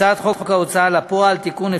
הצעת חוק ההוצאה לפועל (תיקון,